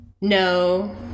no